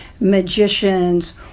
magicians